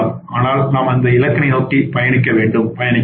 ஆனால் நாம் அந்த இலக்கினை நோக்கி பயணிக்கலாம்